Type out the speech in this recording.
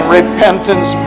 repentance